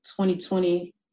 2020